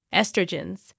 estrogens